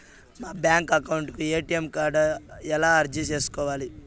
మా bank account కు ATM card ఎలా అర్జీ సేసుకోవాలి?